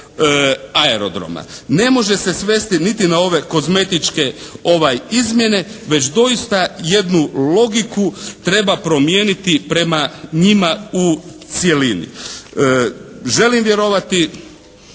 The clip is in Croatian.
aerodroma. Ne može se svesti niti na ove kozmetičke izmjene, već doista jednu logiku treba promijeniti prema njima u cjelini. Želim vjerovati